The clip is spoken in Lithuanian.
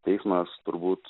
teismas turbūt